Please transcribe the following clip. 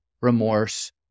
remorse